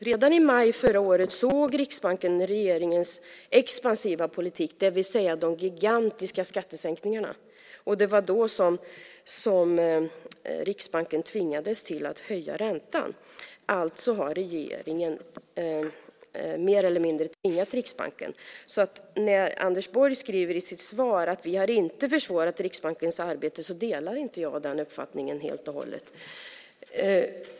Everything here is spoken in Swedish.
Redan i maj förra året såg Riksbanken regeringens expansiva politik, alltså de gigantiska skattesänkningarna. Det var då som Riksbanken tvingades höja räntan. Alltså har regeringen mer eller mindre tvingat Riksbanken. När Anders Borg i svaret säger att regeringen inte har försvårat Riksbankens arbete håller jag inte helt och hållet med.